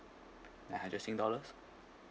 nine hundred sing dollars